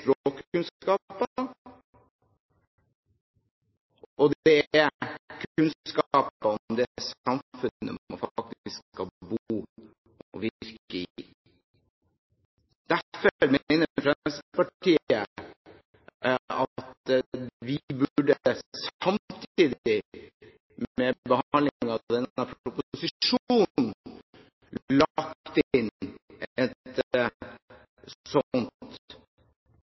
kunnskap om det samfunnet man faktisk skal bo og virke i. Derfor mener Fremskrittspartiet at vi, samtidig med behandlingen av denne proposisjonen, burde lagt inn et slikt krav. Så